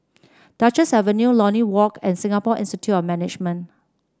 Duchess Avenue Lornie Walk and Singapore Institute of Management